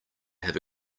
have